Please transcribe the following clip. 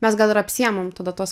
mes gal ir apsiėmam tada tuos